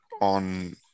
on